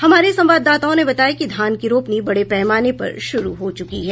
हमारे संवाददाताओं ने बताया है कि धान की रोपनी बड़े पैमाने पर शुरू हो चुकी है